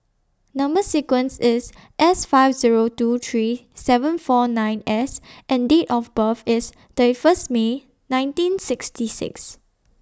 Number sequence IS S five Zero two three seven four nine S and Date of birth IS thirty First May nineteen sixty six